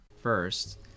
first